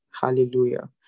Hallelujah